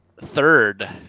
third